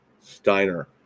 Steiner